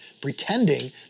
pretending